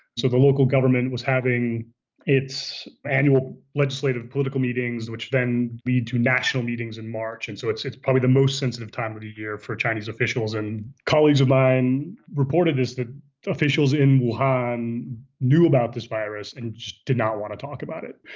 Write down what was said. so the local government was having its annual legislative political meetings, which then lead to national meetings in march. and so it's it's probably the most sensitive time of the year for chinese officials and colleagues of mine reported is that officials in bihar um knew about this virus and did not want to talk about it.